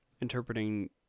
interpreting